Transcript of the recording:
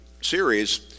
series